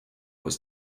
was